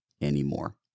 anymore